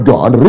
God